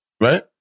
right